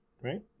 right